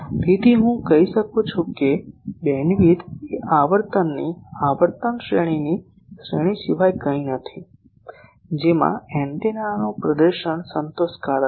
તેથી હું કહી શકું છું કે બેન્ડવિડ્થ એ આવર્તનની આવર્તન શ્રેણીની શ્રેણી સિવાય કંઈ નથી જેમાં એન્ટેનાનું પ્રદર્શન સંતોષકારક છે